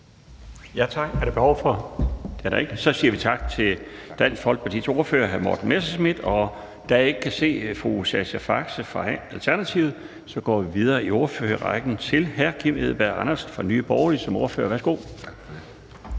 formand (Bjarne Laustsen): Tak. Så siger vi tak til Dansk Folkepartis ordfører, hr. Morten Messerschmidt. Da jeg ikke kan se fru Sascha Faxe fra Alternativet, går vi videre i ordførerrækken til hr. Kim Edberg Andersen som ordfører for Nye Borgerlige. Værsgo.